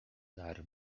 dar